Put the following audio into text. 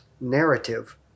narrative